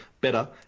better